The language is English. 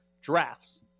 drafts